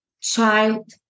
child